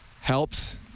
helps